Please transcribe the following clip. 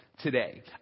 Today